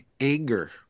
anger